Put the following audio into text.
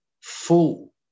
full